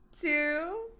Two